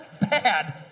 bad